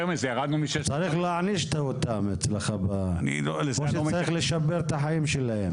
צריך להעניש אותם אצלך או שאתה צריך לשפר את החיים שלהם.